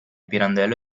pirandello